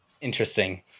Interesting